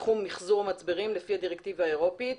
בתחום מיחזור מצברים לפי הדירקטיבה האירופית.